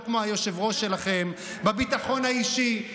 לא כמו היושב-ראש שלכם בביטחון האישי,